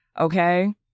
okay